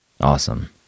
awesome